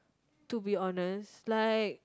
to be honest like